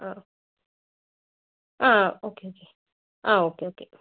ആ ആ okay okay ആ ഓക്കെ ഓക്കെ